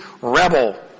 rebel